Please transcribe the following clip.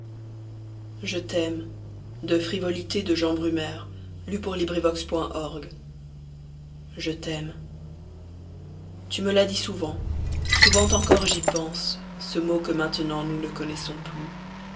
je t'aime tu me l'as dit souvent souvent encor j'y pense ce mot que maintenant nous ne connaissons plus